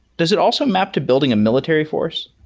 does it also map to building a military force?